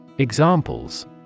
Examples